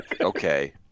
Okay